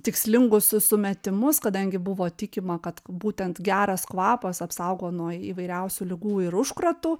tikslingus sumetimus kadangi buvo tikima kad būtent geras kvapas apsaugo nuo įvairiausių ligų ir užkratų